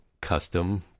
custom